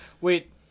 Wait